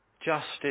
justice